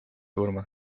urmas